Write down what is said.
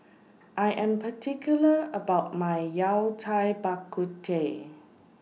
I Am particular about My Yao Cai Bak Kut Teh